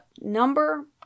number